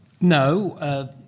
no